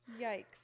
yikes